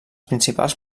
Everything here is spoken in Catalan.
principals